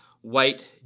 white